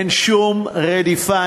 אין שום רדיפה,